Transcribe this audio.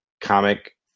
comic